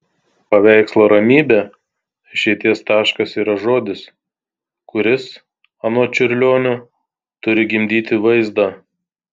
paveikslo ramybė išeities taškas yra žodis kuris anot čiurlionio turi gimdyti vaizdą